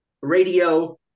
radio